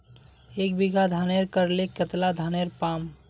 एक बीघा धानेर करले कतला धानेर पाम?